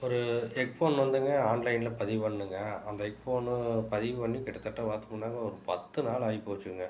ஒரு ஹெட்ஃபோன் வந்துங்க ஆன்லைனில் பதிவு பண்ணேங்க அந்த ஹெட்ஃபோனு பதிவு பண்ணி கிட்டத்தட்ட பாத்தோமுனாங்க ஒரு பத்து நாள் ஆகிப்போச்சுங்க